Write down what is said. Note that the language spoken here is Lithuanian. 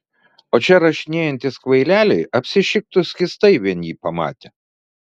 o čia rašinėjantys kvaileliai apsišiktų skystai vien jį pamatę